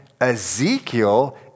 Ezekiel